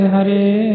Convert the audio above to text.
Hare